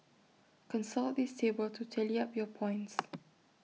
consult this table to tally up your points